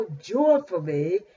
joyfully